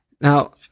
Now